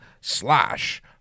slash